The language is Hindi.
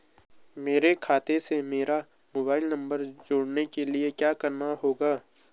मेरे खाते से मेरा मोबाइल नम्बर जोड़ने के लिये क्या करना होगा?